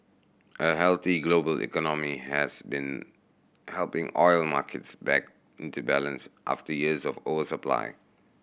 a healthy global economy has been helping oil markets back into balance after years of oversupply